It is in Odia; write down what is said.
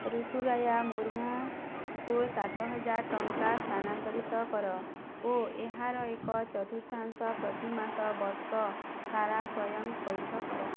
ରୁତୁରାୟା ମୁର୍ମୁଙ୍କୁ ସାତହଜାର ଟଙ୍କା ସ୍ଥାନାନ୍ତରିତ କର ଓ ଏହାର ଏକ ଚତୁର୍ଥାଂଶ ପ୍ରତିମାସ ବର୍ଷ ସାରା ସ୍ଵୟଂ ପଇଠ କର